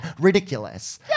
ridiculous